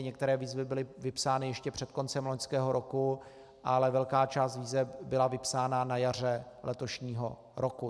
Některé výzvy byly vypsány ještě před koncem loňského roku, ale velká část výzev byla vypsána na jaře letošního roku.